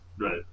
Right